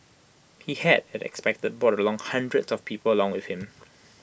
he had as expected brought along hundreds of people along with him